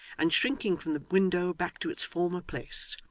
and shrinking from the window back to its former place,